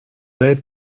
they